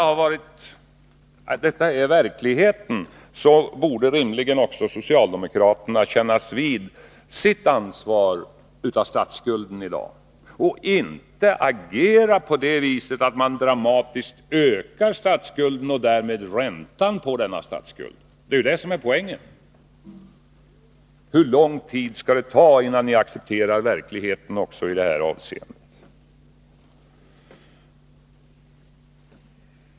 Eftersom detta är verklighet borde rimligen också socialdemokraterna kännas vid sitt ansvar för statsskulden i dag. De borde inte agera på det viset att man dramatiskt ökar statsskulden och därmed räntan på denna — det är ju det som är poängen. Hur lång tid skall det ta innan ni accepterar verkligheten också i det här avseendet?